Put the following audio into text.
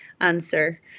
answer